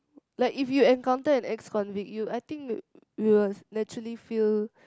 like if you encounter an ex convict you I think we will naturally feel